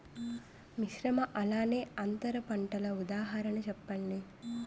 మిశ్రమ అలానే అంతర పంటలకు ఉదాహరణ చెప్పండి?